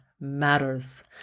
matters